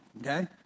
okay